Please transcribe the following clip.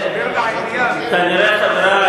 כנראה,